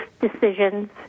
decisions